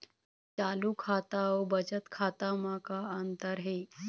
चालू खाता अउ बचत खाता म का अंतर हे?